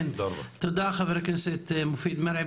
תודה חבר הכנסת מופיד מרעי.